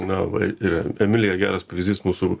na va ir emilija geras pavyzdys mūsų